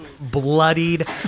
bloodied